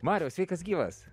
mariau sveikas gyvas